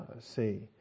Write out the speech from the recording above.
see